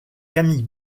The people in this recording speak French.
camille